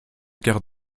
quart